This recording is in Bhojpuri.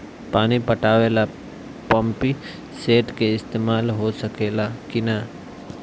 पानी पटावे ल पामपी सेट के ईसतमाल हो सकेला कि ना?